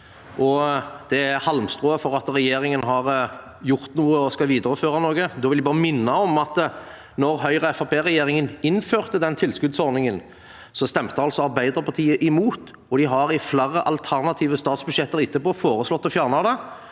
det halmstrået med at regjeringen har gjort noe og skal videreføre noe: Jeg vil bare minne om at da Høyre–Fremskrittsparti-regjeringen innførte den tilskuddsordningen, stemte altså Arbeiderpartiet imot, og de har i flere alternative statsbudsjetter etterpå foreslått å fjerne den.